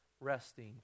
resting